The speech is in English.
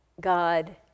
God